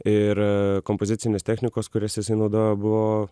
ir kompozicinės technikos kurias jisai naudojo buvo